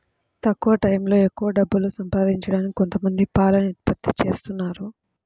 తక్కువ టైయ్యంలో ఎక్కవ డబ్బులు సంపాదించడానికి కొంతమంది పాలని ఉత్పత్తి జేత్తన్నారు